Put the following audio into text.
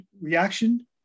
reaction